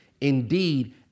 Indeed